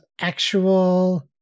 actual